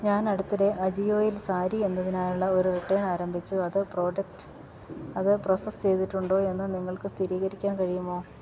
ഞാൻ അടുത്തിടെ അജിയോയിൽ സാരി എന്നതിനായുള്ള ഒരു റിട്ടേൺ ആരംഭിച്ചു അത് പ്രൊസസ്സ് ചെയ്തിട്ടുണ്ടോയെന്ന് നിങ്ങൾക്ക് സ്ഥിരീകരിക്കാൻ കഴിയുമോ